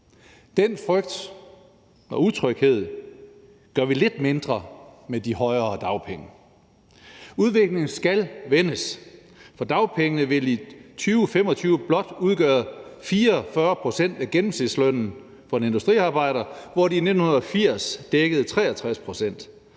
Den frygt og utryghed gør vi lidt mindre med de højere dagpenge. Udviklingen skal vendes, for dagpengene vil i 2025 blot udgøre 44 pct. af gennemsnitslønnen for en industriarbejder, hvor de i 1980 dækkede 63 pct.